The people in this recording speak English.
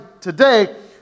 today